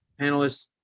panelists